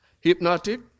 Hypnotic